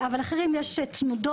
אבל באחרים יש תנודות.